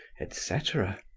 etc.